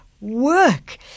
work